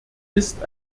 ist